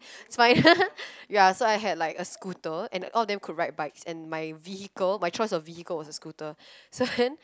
spider ya so I had like a scooter and all of them could ride bikes and my vehicle my choice of vehicle was a scooter